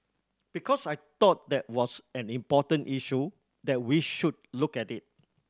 because I thought that was an important issue that we should look at it